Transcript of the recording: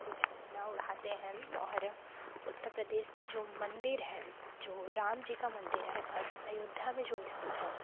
सब कुछ अपना ओढ़ाते हैं और उत्तर प्रदेश में जो मंदिर है जो राम जी का मंदिर है अयोध्या में जो स्थित है